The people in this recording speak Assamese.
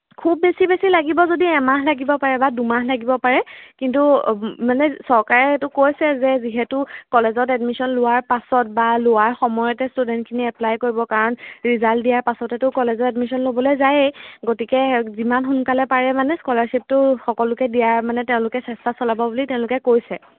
খুব বেছি বেছি লাগিব যদি এমাহ লাগিব পাৰে বা দুমাহ লাগিব পাৰে কিন্তু মানে চৰকাৰে সেইটো কৈছে যে যিহেতু কলেজত এডমিশ্যন লোৱাৰ পাছত বা লোৱাৰ সময়তে যদি ষ্টুডেণ্টখিনিয়ে এপ্লাই কৰিব কাৰণ ৰিজাল্ট দিয়া পাছতেতো কলেজৰ এডমিশ্যন ল'বলৈ যায়েই গতিকে যিমান সোনকালে পাৰে মানে স্কলাৰশ্বিপটো সকলোকে দিয়াৰ মানে তেওঁলোকে চেষ্টা চলাব বুলি তেওঁলোকে কৈছে